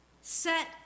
Set